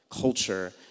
culture